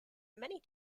many